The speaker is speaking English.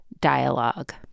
dialogue